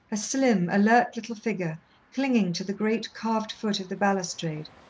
a slim, alert little figure clinging to the great, carved foot of the balustrade,